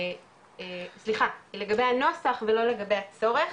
סליחה לגבי הנוסח ולא לגבי הצורך,